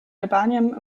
albanien